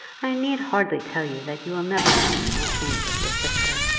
i need hardly tell you that you will never have to be ashamed of your sister.